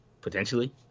potentially